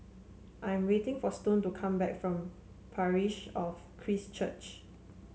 I am waiting for Stone to come back from Parish of Christ Church